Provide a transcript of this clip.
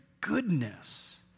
goodness